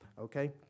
okay